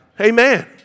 Amen